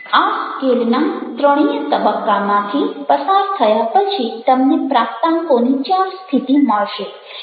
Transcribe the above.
આ સ્કેલના ત્રણે ય તબક્કામાંથી પસાર થયા પછી તમને પ્રાપ્તાંકોની ચાર સ્થિતિ મળશે